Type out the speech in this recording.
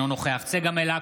אינו נוכח צגה מלקו,